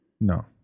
No